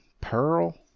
Pearl